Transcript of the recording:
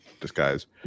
disguise